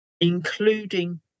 including